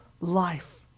life